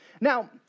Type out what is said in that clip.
Now